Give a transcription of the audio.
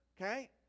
okay